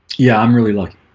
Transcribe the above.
yeah, i'm really lucky,